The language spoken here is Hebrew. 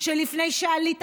שלפני שעלית,